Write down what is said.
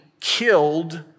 killed